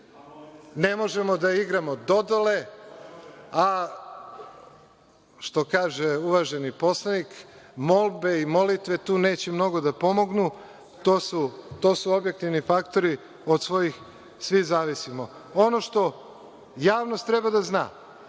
Ne možemo da igramo dodole, a, što kaže uvaženi poslanik, molbe i molitve tu neće mnogo da pomognu, to su objektivni faktori od kojih svi zavisimo. Ono što javnost treba da zna,